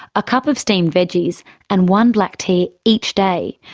a cup of steamed veggies and one black tea each day.